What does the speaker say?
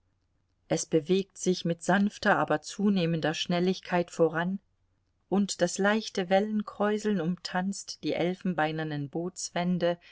es bewegt sich mit sanfter aber zunehmender schnelligkeit voran und das leichte wellenkräuseln umtanzt die elfenbeinernen bootswände